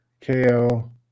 KO